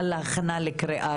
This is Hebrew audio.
מכל פעילות טכנולוגית.